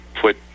put